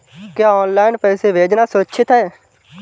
क्या ऑनलाइन पैसे भेजना सुरक्षित है?